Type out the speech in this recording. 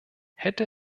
hätte